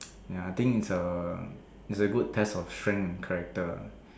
ya I think it's a it's a good test of strength and character